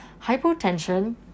Hypotension